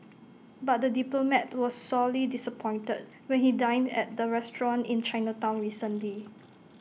but the diplomat was sorely disappointed when he dined at the restaurant in Chinatown recently